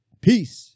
Peace